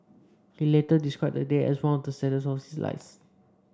he later described the day as one of the saddest of his lives